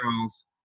girls